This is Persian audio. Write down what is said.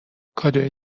الکادوی